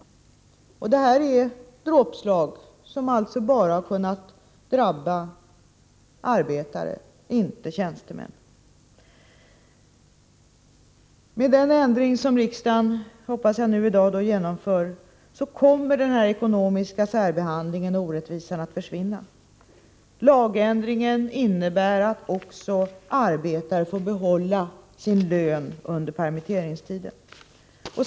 Detta är dråpslag som kunnat drabba enbart arbetare — inte tjänstemän. Med den ändring som jag hoppas att riksdagen genomför i dag kommer den här ekonomiska särbehandlingen och orättvisan att försvinna. Lagändringen innebär att också arbetare får behålla sin lön under permitteringstiden.